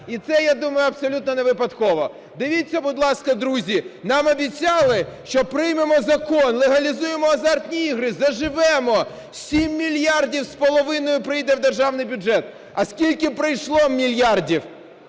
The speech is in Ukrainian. І це, я думаю, абсолютно невипадково. Дивіться, будь ласка, друзі, нам обіцяли, що приймемо закон, легалізуємо азартні ігри, заживемо, 7,5 мільярда прийде в державний бюджет. А скільки прийшло мільярдів?